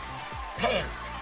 pants